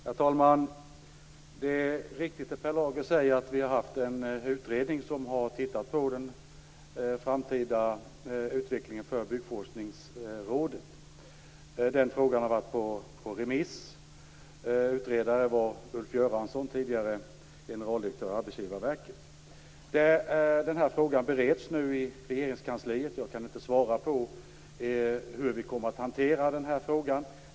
Herr talman! Det är riktigt som Per Lager säger att vi har haft en utredning som har tittat på den framtida utvecklingen för Byggforskningsrådet. Den frågan har varit på remiss. Utredare var Ulf Göransson, tidigare generaldirektör i Arbetsgivarverket. Den här frågan bereds nu i Regeringskansliet. Jag kan inte svara på hur vi kommer att hantera frågan.